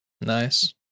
Nice